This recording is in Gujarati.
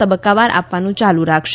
તબકકાવાર આ વાનું ચાલુ રાખશે